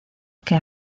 que